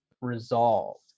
resolved